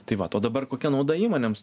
tai vat o dabar kokia nauda įmonėms